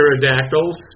pterodactyls